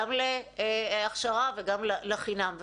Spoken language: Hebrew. גם להכשרה וגם לחינם.